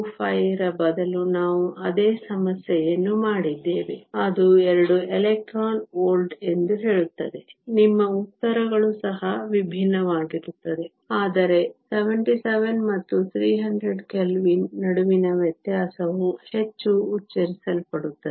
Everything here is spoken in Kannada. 25 ರ ಬದಲು ನಾವು ಅದೇ ಸಮಸ್ಯೆಯನ್ನು ಮಾಡಿದ್ದೇವೆ ಅದು 2 ಎಲೆಕ್ಟ್ರಾನ್ ವೋಲ್ಟ್ ಎಂದು ಹೇಳುತ್ತದೆ ನಿಮ್ಮ ಉತ್ತರಗಳು ಸಹ ವಿಭಿನ್ನವಾಗಿರುತ್ತದೆ ಆದರೆ 77 ಮತ್ತು 300 ಕೆಲ್ವಿನ್ ನಡುವಿನ ವ್ಯತ್ಯಾಸವು ಹೆಚ್ಚು ಉಚ್ಚರಿಸಲ್ಪಡುತ್ತದೆ